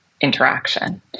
interaction